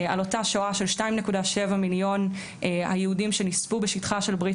על אותה שואה של 2.7 מיליון היהודים שנספו בשטחה של ברית